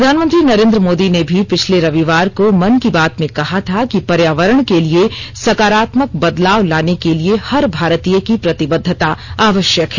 प्रधानमंत्री नरेन्द्र मोदी ने भी पिछले रविवार को मन को बात में कहा था कि पर्यावरण के लिए सकारात्मक बदलाव लाने के लिए हर भारतीय की प्रतिबद्धता आवश्यक है